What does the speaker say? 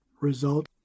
result